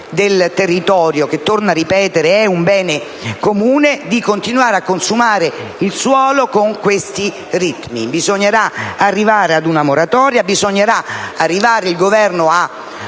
del territorio - che, torno a ripetere, è un bene comune - di continuare a consumare il suolo con questi ritmi. Bisognerà arrivare ad una moratoria; il Governo ha